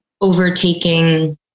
overtaking